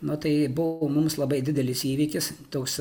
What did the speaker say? nu tai buvo mums labai didelis įvykis toks